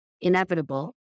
inevitable